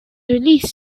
released